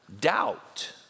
doubt